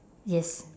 yes